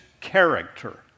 character